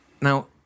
Now